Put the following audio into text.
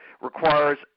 requires